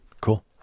cool